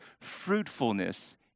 fruitfulness